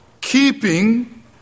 keeping